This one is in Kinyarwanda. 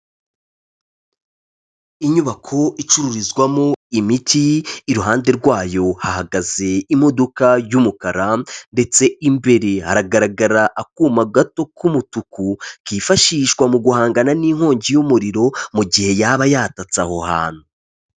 Inyubako icururizwamo imiti , iruhande rwayo hahagaze imodoka y'umukara ndetse imbere haragaragara akuma gato k'umutuku, kifashishwa mu guhangana n'inkongi y'umuriro mu gihe yaba yatatse aho hantu.